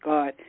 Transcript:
God